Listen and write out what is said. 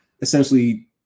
essentially